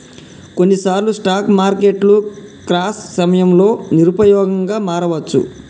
కొన్నిసార్లు స్టాక్ మార్కెట్లు క్రాష్ సమయంలో నిరుపయోగంగా మారవచ్చు